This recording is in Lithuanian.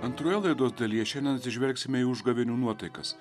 antroje laidos dalyje šiandien sižvelgsime į užgavėnių nuotaikas